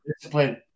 discipline